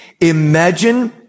imagine